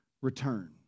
return